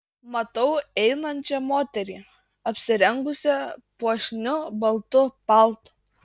matau einančią moterį apsirengusią puošniu baltu paltu